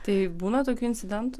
tai būna tokių incidentų